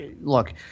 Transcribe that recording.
look